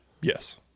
Yes